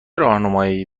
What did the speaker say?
راهنماهایی